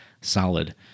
solid